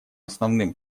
основным